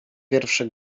pierwsze